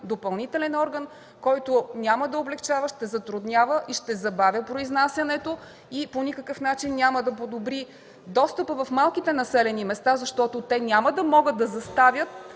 допълнителен орган, който няма да облекчава – ще затруднява и ще забавя произнасянето и по никакъв начин няма да подобри достъпа в малките населени места, защото те няма да могат да заставят